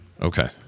Okay